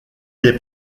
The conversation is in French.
des